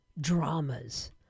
dramas